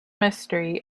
mystery